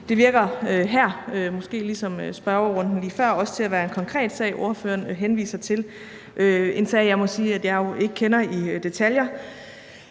her virker, som under spørgerunden lige før, måske også til at være en konkret sag, spørgeren henviser til; en sag, som jeg må sige at jeg jo ikke kender i detaljer,